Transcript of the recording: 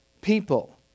people